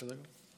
בסדר גמור.